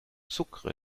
sucre